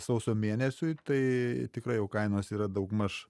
sausio mėnesiui tai tikrai jau kainos yra daugmaž